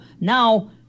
Now